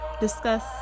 discuss